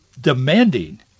demanding